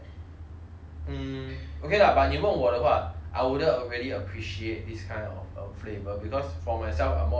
mm okay lah but 你问我的话 I wouldn't really appreciate this kind of flavour because for myself I'm more of a coffee